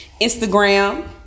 Instagram